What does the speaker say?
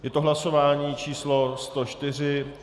Je to hlasování číslo 104.